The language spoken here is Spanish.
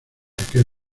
aquel